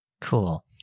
Cool